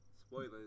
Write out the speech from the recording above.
Spoilers